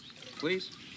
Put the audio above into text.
please